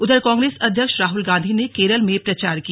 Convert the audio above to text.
उधर कांग्रेस अध्यक्ष राहुल गांधी ने केरल में प्रचार किया